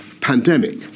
pandemic